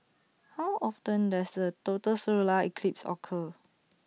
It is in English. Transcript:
how often does A total solar eclipse occur